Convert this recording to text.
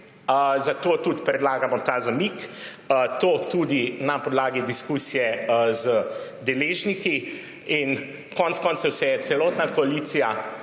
zato tudi predlagamo ta zamik in to tudi na podlagi diskusije z deležniki. Konec koncev se je celotna koalicija,